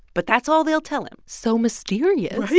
but that's all they'll tell him so mysterious right?